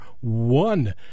one